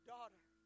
daughter